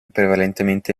prevalentemente